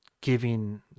giving